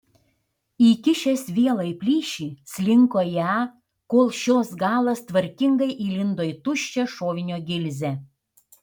įkišęs vielą į plyšį slinko ją kol šios galas tvarkingai įlindo į tuščią šovinio gilzę